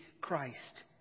Christ